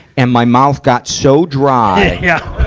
and my mouth got so dry, yeah